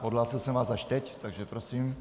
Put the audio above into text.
Odhlásil jsem vás až teď, takže prosím.